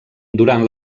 durant